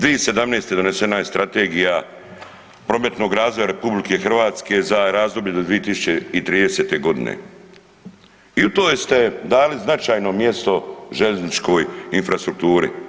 2017. donesena je strategija prometnog razvoja RH za razdoblje do 2030.g. i … [[Govornik se ne razumije]] ste dali značajno mjesto željezničkoj infrastrukturi.